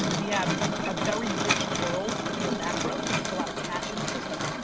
we have a very rich world in the macro cause there's a lot of cash in the system.